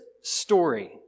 story